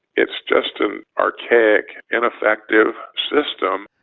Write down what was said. it's just an archaic, ineffective system.